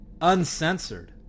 uncensored